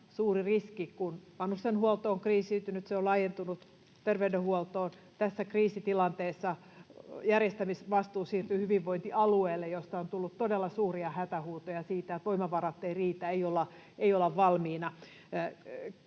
suuri riski, kun vanhustenhuolto on kriisiytynyt ja se on laajentunut terveydenhuoltoon ja tässä kriisitilanteessa järjestämisvastuu siirtyy hyvinvointialueille, joilta on tullut todella suuria hätähuutoja siitä, että voimavarat eivät riitä eikä olla valmiina.